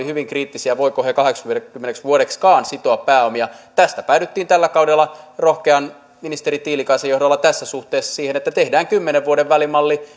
hyvin kriittisiä voivatko ne kahteenkymmeneen vuodeksikaan sitoa pääomia tästä syystä päädyttiin tällä kaudella rohkean ministeri tiilikaisen johdolla tässä suhteessa siihen että tehdään kymmenen vuoden välimalli